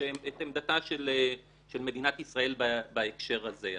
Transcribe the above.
את עמדתה של מדינת ישראל בהקשר הזה.